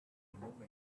moment